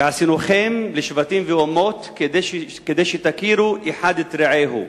ועשינוכם לשבטים ואומות כדי שתכירו אחד את רעהו.